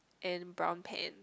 and brown pants